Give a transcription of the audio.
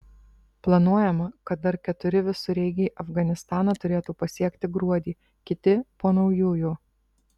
planuojama kad dar keturi visureigiai afganistaną turėtų pasiekti gruodį kiti po naujųjų